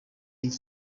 y’iki